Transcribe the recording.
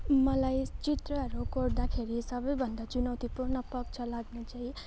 मलाई चित्रहरू कोर्दाखेरि सबैभन्दा चुनौतीपूर्ण पक्ष लाग्ने चाहिँ